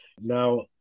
Now